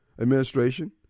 administration